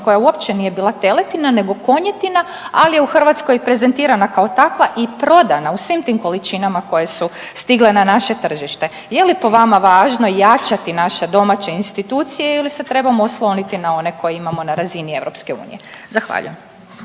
koja uopće nije bila teletina nego konjetina ali je u Hrvatskoj prezentirana kao takva i prodana u svim tim količinama koje su stigle na naše tržište. Je li po vama važno jačati naša domaće institucije ili se trebamo osloniti na one koje imamo na razini EU? Zahvaljujem.